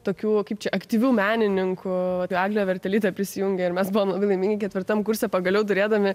tokių kaip čia aktyvių menininkų eglė vertelytė prisijungė ir mes buvom labai laimingi ketvirtam kurse pagaliau turėdami